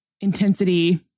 intensity